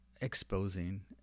exposing